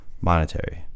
monetary